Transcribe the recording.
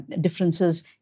differences